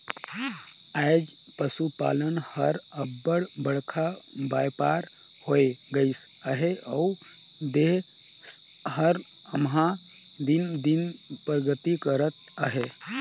आएज पसुपालन हर अब्बड़ बड़खा बयपार होए गइस अहे अउ देस हर एम्हां दिन दिन परगति करत अहे